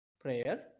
prayer